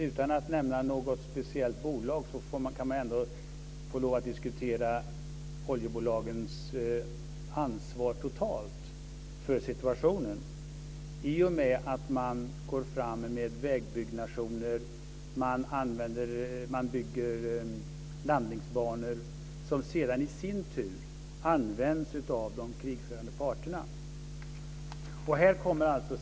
Utan att nämna något speciellt bolag kan vi väl få lov att diskutera oljebolagens ansvar totalt sett för situationen i och med att man går fram med vägbyggnationer och bygger landningsbanor som i sin tur används av de krigförande parterna.